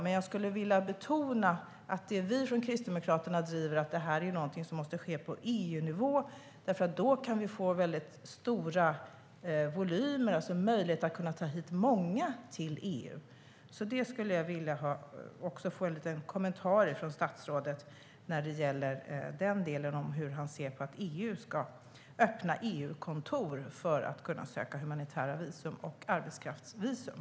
Men jag skulle vilja betona att det vi från Kristdemokraterna driver är att det här måste ske på EU-nivå, därför att vi då kan få möjlighet att ta hit många till EU. Jag skulle gärna vilja få en kommentar från statsrådet om hur han ser på att EU ska öppna EU-kontor för att man där ska kunna söka humanitära visum och arbetskraftsvisum.